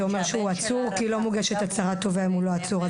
זה אומר שהוא עצור כי לא מוגשת הצהרת תובע אם הוא לא עצור.